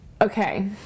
okay